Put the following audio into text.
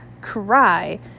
cry